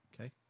Okay